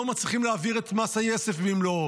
לא מצליחים להעביר את מס היסף במלואו,